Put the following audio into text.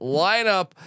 lineup